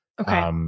Okay